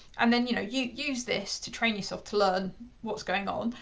and then you know you use this to train yourself to learn what's going on.